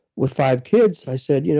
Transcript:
with five kids, i said, you know